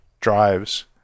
drives